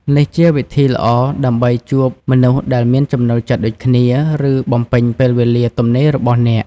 នេះជាវិធីល្អដើម្បីជួបមនុស្សដែលមានចំណូលចិត្តដូចគ្នា និងបំពេញពេលវេលាទំនេររបស់អ្នក។